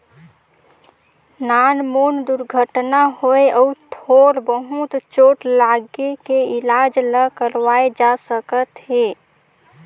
नानमुन दुरघटना होए अउ थोर बहुत चोट लागे के इलाज ल करवाए जा सकत हे